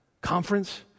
conference